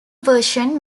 version